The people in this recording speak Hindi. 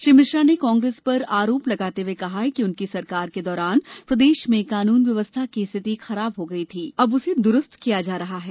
श्री मिश्रा ने कांग्रेस पर आरोप लगाते हुए कहा कि उनकी सरकार के दौरान प्रदेश में कानून व्यवस्था की स्थिति खराब हो गई थी अब उसे दुरुस्त किया जा रहा है